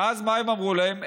ואז, מה הם אמרו להם?